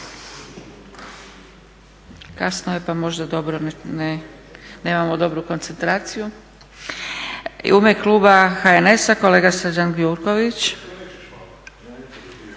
Kasno je pa možda nemamo dobru koncentraciju. U ime kluba HNS-a kolega Srđan Gjurković.